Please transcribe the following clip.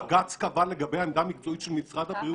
בג"צ קבע לגבי עמדה מקצועית של משרד הבריאות